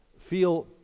feel